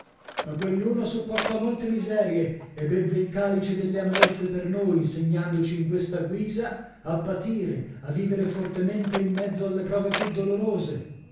ma quell'uno sopportò molte miserie e bevve il calice delle amarezze per noi insegnandoci in questa guisa a patire a vivere fortemente in mezzo alle prove più dolorose